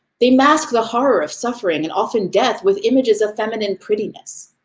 they mask the horror of suffering and often death with images of feminine prettiness.